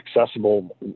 accessible